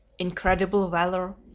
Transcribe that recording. incredible valour,